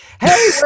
Hey